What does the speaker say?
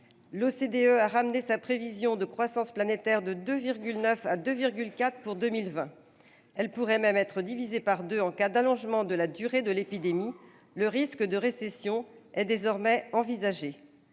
L'OCDE a ramené sa prévision de croissance planétaire de 2,9 à 2,4 % pour 2020. Celle-ci pourrait même être divisée par deux en cas d'allongement de la durée de l'épidémie. Le risque de récession est désormais envisagé.